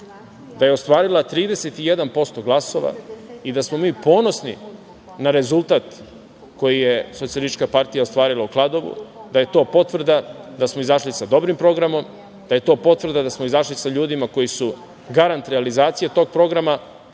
da je ostvarila 31% glasova i da smo mi ponosni na rezultat koji je SPS ostvarila u Kladovu, da je to potvrda da smo izašli sa dobrim programom, da je to potvrda da smo izašli sa ljudima koji su garant realizacije tog programa.